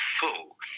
full